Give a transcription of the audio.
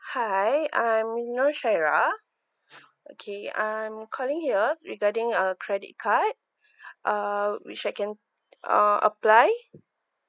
hi I'm nur shahira okay I'm calling here regarding a credit card um which I can uh apply